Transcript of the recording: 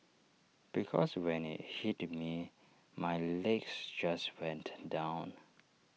because when IT hit me my legs just went down